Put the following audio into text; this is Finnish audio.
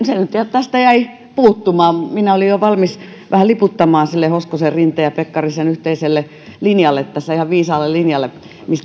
tästä jäi puuttumaan minä olin jo valmis vähän liputtamaan sille hoskosen rinteen ja pekkarisen yhteiselle linjalle tässä ihan viisaalle linjalle